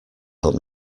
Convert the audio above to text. help